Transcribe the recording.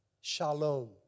shalom